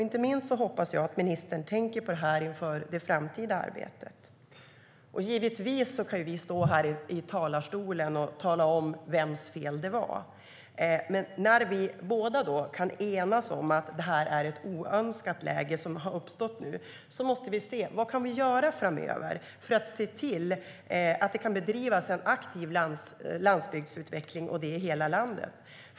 Inte minst hoppas jag att ministern tänker på detta inför det framtida arbetet. Givetvis kan vi stå här i talarstolen och tala om vems fel det var. Men när vi båda kan enas om att ett oönskat läge har uppstått måste vi se på vad som kan göras framöver för att se till att det kan bedrivas en aktiv landsbygdsutveckling i hela landet.